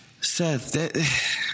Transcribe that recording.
Seth